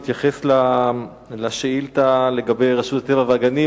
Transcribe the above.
בהתייחס לשאילתא לגבי רשות הטבע והגנים,